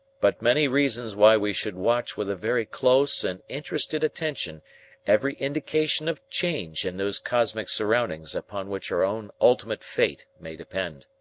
but many reasons why we should watch with a very close and interested attention every indication of change in those cosmic surroundings upon which our own ultimate fate may depend.